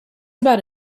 about